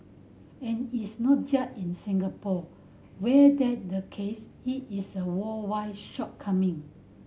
and it's not just in Singapore where that the case it is a worldwide shortcoming